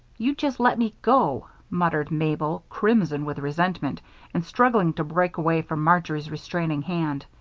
you just let me go, muttered mabel, crimson with resentment and struggling to break away from marjory's restraining hand.